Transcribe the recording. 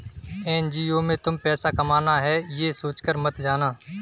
NGO में तुम पैसा कमाना है, ये सोचकर मत जाना